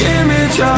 image